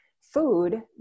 food